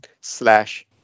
slash